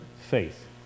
faith